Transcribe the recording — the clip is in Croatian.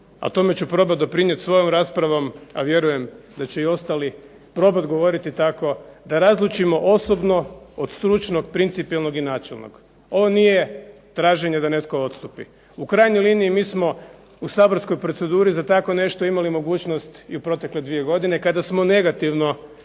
a tome ću probati doprinijeti svojom raspravom, a vjerujem da će i ostali probat govoriti tako da razlučimo osobno od stručnog, principijelnog i načelnog. Ovo nije traženje da netko odstupi. U krajnjoj liniji mi smo u saborskoj proceduri za tako nešto imali mogućnost i u protekle 2 godine kada smo negativno